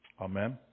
Amen